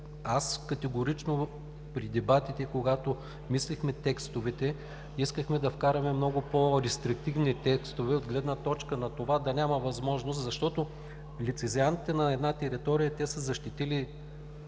отива в КЕВР. При дебатите, когато мислихме текстовете, категорично искахме да вкараме много по-рестриктивни текстове от гледна точка на това да няма възможност, защото лицензиантите на една територия са защитили цената